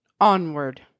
Onward